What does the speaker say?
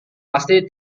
pasti